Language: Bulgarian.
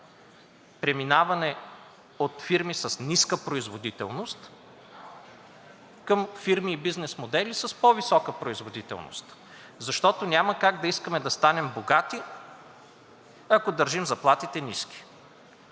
преминаване от фирми с ниска производителност към фирми и бизнес модели с по-висока производителност. Няма как да искаме да станем богати, ако държим заплатите ниски.